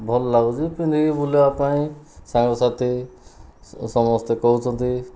ଭଲ ଲାଗୁଛି ପିନ୍ଧି ବୁଲିବାପାଇଁ ସାଙ୍ଗସାଥି ସମସ୍ତେ କହୁଛନ୍ତି